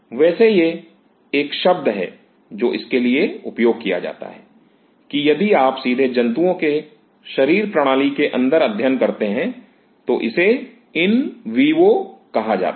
वैसे यह एक शब्द है जो इसके लिए उपयोग किया जाता है कि यदि आप सीधे जंतुओं के शरीर प्रणाली के अंदर अध्ययन करते हैं तो इसे इन विवो कहा जाता है